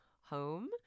home